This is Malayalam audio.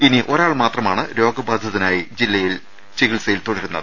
ഇനി ഒരാൾ മാത്രമാണ് രോഗ ബാധിതനായി ജില്ലയിൽ ചികിത്സയിൽ തുടരുന്നത്